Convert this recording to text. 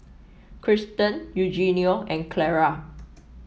Krysten Eugenio and Clara